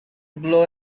blow